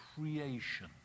creation